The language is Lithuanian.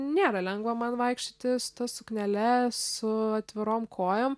nėra lengva man vaikščioti su ta suknele su atvirom kojom